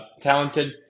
talented